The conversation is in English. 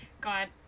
God